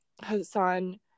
Hassan